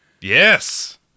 Yes